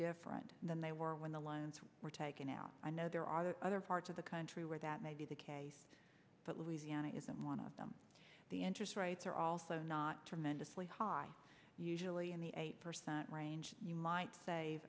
different than they were when the loans were taken out i know there are other parts of the country where that may be the case but louisiana isn't one of them the interest rates are also not tremendously high usually in the eight percent range you might save